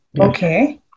Okay